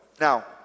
Now